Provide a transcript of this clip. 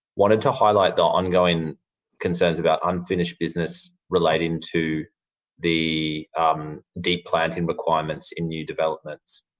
wanted to highlight the ongoing concerns about unfinished business, relating to the deep planting requirements in new developments.